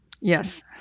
Yes